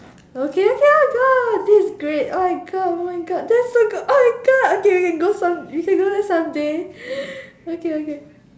okay okay oh my god this is great oh my god oh my god that is so good oh my god okay we can go some we can go there someday okay okay